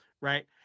right